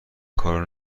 کار